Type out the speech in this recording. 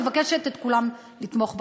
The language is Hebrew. אני מבקשת את כולם לתמוך בחוק.